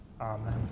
Amen